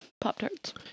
Pop-Tarts